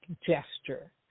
gesture